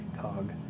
Cog